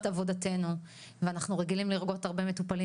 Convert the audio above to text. עבודתנו ואנחנו רגילים לראות הרבה מטופלים.